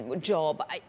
job